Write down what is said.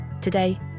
Today